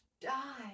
die